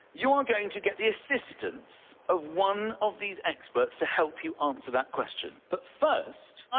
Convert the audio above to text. you are going to get the assistance of one of these experts to help you answer that question. but first,